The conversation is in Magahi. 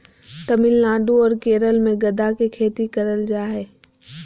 तमिलनाडु आर केरल मे गदा के खेती करल जा हय